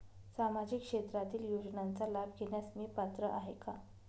सामाजिक क्षेत्रातील योजनांचा लाभ घेण्यास मी पात्र आहे का?